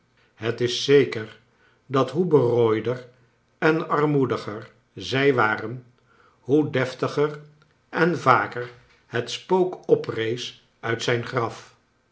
het is zeker dat hoe berooider en armoediger zij waren hoe deftiger en vaker het spook oprees uit zijn graf